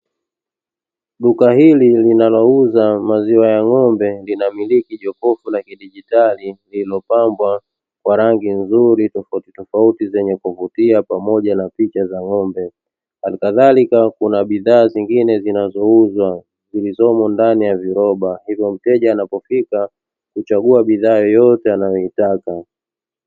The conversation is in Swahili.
Duka hili linalouza maziwa ya ng'ombe linamiliki jokofu la kidigitali lililopambwa kwa rangi nzuri tofautitofauti zenye kuvutia pamoja na picha za ng'ombe, halikadhalika kuna bidhaa zingine zinazouzwa zilizomo ndani ya viroba hivyo mteja anapofika kuchagua bidhaa yoyote anayoitaka.